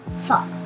Four